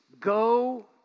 Go